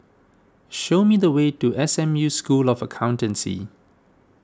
show me the way to S M U School of Accountancy